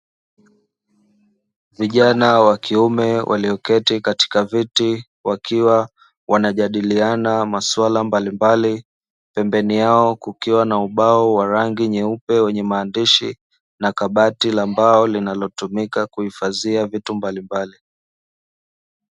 Vijana wakiume walio keti katika viti wakiwa wanajadiliana masuala mbalimbali, pembeni yao kukiwa na ubao wa rangi nyeupe, wenye maandishi na kabati la mbao linalotumika kuhifadhia vitu mbalimbali.